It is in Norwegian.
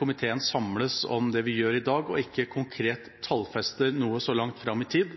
komiteen samles om det vi gjør i dag, og ikke konkret tallfester noe så langt fram i tid.